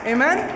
Amen